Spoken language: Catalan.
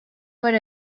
per